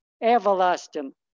everlasting